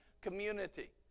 community